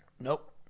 Nope